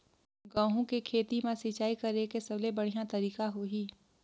गंहू के खेती मां सिंचाई करेके सबले बढ़िया तरीका होही?